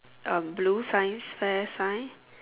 um blue science fair sign